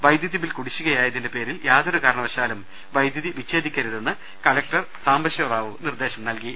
വൈദ്യുതി ബിൽ കുടിശ്ശികയായതിന്റെ പേരിൽ യാതൊരു കാരണവശാലും വൈദ്യുതി വിച്ചേദിക്കരുതെന്ന് കലക്ടർ സാംബശിവറാവു നിർദ്ദേശിച്ചു